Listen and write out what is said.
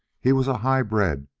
he was a high-bred,